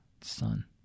son